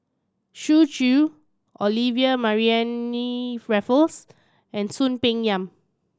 Xu Zhu Olivia Mariamne Raffles and Soon Peng Yam